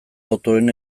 botoen